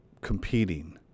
competing